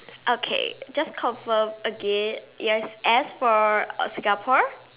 okay just confirm again yes S for uh Singapore